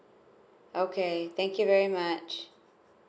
okay thank you very much